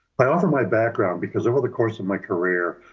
i offer my background because over the course of my career,